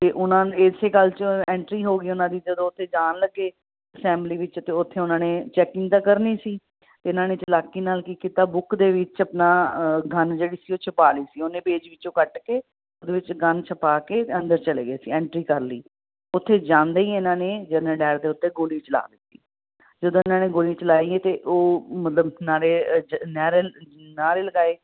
ਅਤੇ ਉਹਨਾਂ ਨੇ ਇਸੇ ਗੱਲ 'ਚ ਐਂਟਰੀ ਹੋ ਗਈ ਉਹਨਾਂ ਦੀ ਜਦੋਂ ਉੱਥੇ ਜਾਣ ਲੱਗੇ ਫੈਮਿਲੀ ਵਿੱਚ ਅਤੇ ਉੱਥੇ ਉਹਨਾਂ ਨੇ ਚੈਕਿੰਗ ਤਾਂ ਕਰਨੀ ਸੀ ਇਹਨਾਂ ਨੇ ਚਲਾਕੀ ਨਾਲ ਕੀ ਕੀਤਾ ਬੁੱਕ ਦੇ ਵਿੱਚ ਆਪਣਾ ਗਨ ਜਿਹੜੀ ਸੀ ਉਹ ਛੁਪਾ ਲਈ ਸੀ ਉਹਨੇ ਪੇਜ ਵਿੱਚੋਂ ਕੱਢ ਕੇ ਉਹਦੇ ਵਿੱਚ ਗਨ ਛੁਪਾ ਕੇ ਅੰਦਰ ਚਲੇ ਗਏ ਸੀ ਐਂਟਰੀ ਕਰ ਲਈ ਉੱਥੇ ਜਾਂਦੇ ਹੀ ਇਹਨਾਂ ਨੇ ਜਨਰਲ ਡਾਇਰ ਦੇ ਉੱਤੇ ਗੋਲੀ ਚਲਾ ਦਿੱਤੀ ਜਦੋਂ ਇਹਨਾਂ ਨੇ ਗੋਲੀ ਚਲਾਈ ਹੈ ਅਤੇ ਉਹ ਮਤਲਬ ਨਾਰੇ ਅ ਚ ਨਹਿਰੇ ਨਾਅਰੇ ਲਗਾਏ